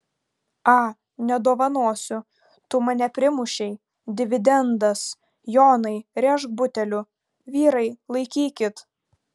a nedovanosiu tu mane primušei dividendas jonai rėžk buteliu vyrai laikykit